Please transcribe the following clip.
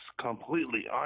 completely